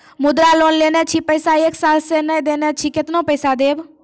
मुद्रा लोन लेने छी पैसा एक साल से ने देने छी केतना पैसा देब?